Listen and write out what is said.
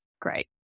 great